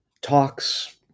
talks